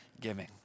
giving